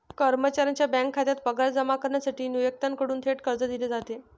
कर्मचाऱ्याच्या बँक खात्यात पगार जमा करण्यासाठी नियोक्त्याकडून थेट कर्ज दिले जाते